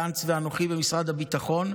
גנץ ואנוכי, במשרד הביטחון,